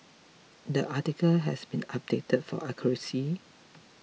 the article has been updated for accuracy